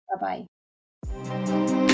Bye-bye